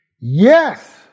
Yes